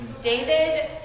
David